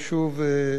נווה-שלום,